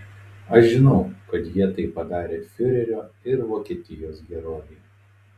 aš žinau kad jie tai padarė fiurerio ir vokietijos gerovei